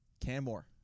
Canmore